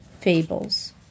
fables